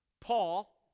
Paul